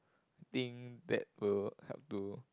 think that will help to